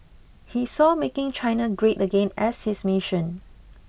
he saw making China great again as his mission